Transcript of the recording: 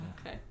Okay